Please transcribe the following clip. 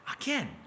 again